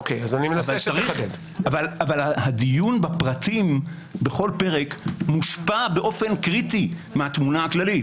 אבל הדיון בפרטים בכל פרק מושפע באופן קריטי מהתמונה הכללית.